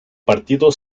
partido